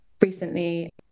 recently